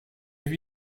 have